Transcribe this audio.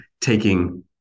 taking